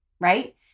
right